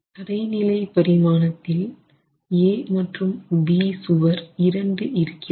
தரைநிலை பரிமாணத்தில் A மற்றும் B சுவர் இரண்டு இருக்கிறது